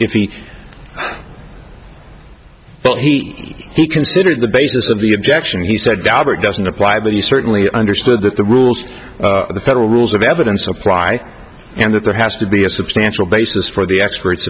but he considered the basis of the objection he said albert doesn't apply but he certainly understood that the rules of the federal rules of evidence apply and that there has to be a substantial basis for the expert